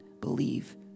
believe